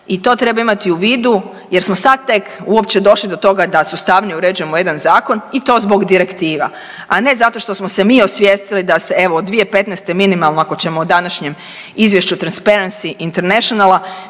I to treba imati u vidu jer smo sad tek uopće došli do toga da sustavnije uređujemo jedan zakon i to zbog direktiva, a ne zato što smo se mi osvijestili da se evo od 2015. minimalno ako ćemo o današnjem izvješću Transperency Internationala